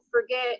forget